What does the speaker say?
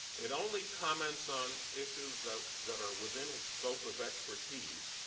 it only comments on issues that that are within its scope of expertise.